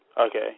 Okay